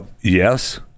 yes